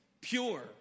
pure